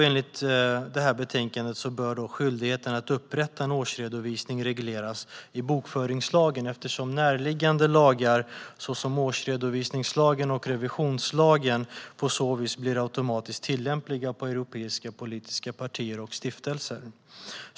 Enligt betänkandet bör skyldigheten att upprätta en årsredovisning regleras i bokföringslagen eftersom närliggande lagar, såsom årsredovisningslagen och revisionslagen, på så vis blir automatiskt tillämpliga på europeiska politiska partier och stiftelser.